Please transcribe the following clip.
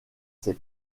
ses